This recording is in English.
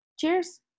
Cheers